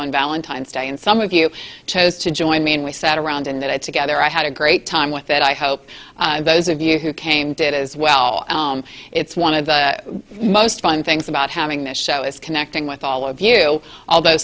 on valentine's day and some of you chose to join me and we sat around in that it's a gather i had a great time with that i hope those of you who came did as well it's one of the most fun things about having the show is connecting with all of you although